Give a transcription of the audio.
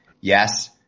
Yes